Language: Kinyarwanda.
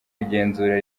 igenzura